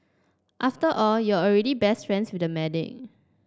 after all you're already best friends with the medic